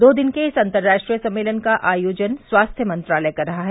दो दिन के इस अंतर्राष्ट्रीय सम्मेलन का आयोजन स्वास्थ्य मंत्रालय कर रहा है